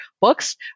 books